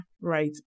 right